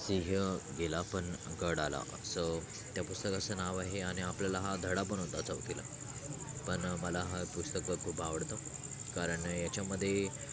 सिंह गेला पण गड आला असं त्या पुस्तकाचं नाव आहे आणि आपल्याला हा धडा पण होता चौथीला पण मला हा पुस्तक खूप आवडतं कारण याच्यामध्ये